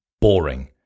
boring